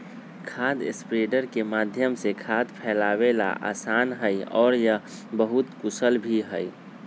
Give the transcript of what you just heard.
खाद स्प्रेडर के माध्यम से खाद फैलावे ला आसान हई और यह बहुत कुशल भी हई